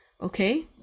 okay